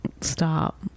Stop